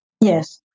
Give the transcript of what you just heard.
Yes